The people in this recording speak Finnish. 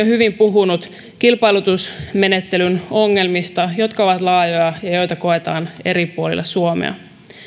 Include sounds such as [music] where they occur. [unintelligible] hyvin puhunut kilpailutusmenettelyn ongelmista jotka ovat laajoja ja ja joita koetaan eri puolilla suomea